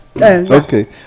okay